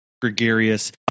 gregarious